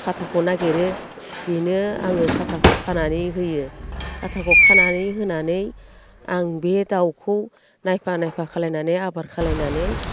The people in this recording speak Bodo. खाथाखौ नागिरो बेनो आङो खाथाखौ खानानै होयो खाथाखौ खानानै होनानै आं बे दाउखौ नायफा नायफा खालामनानै आबार खालामनानै